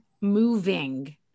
moving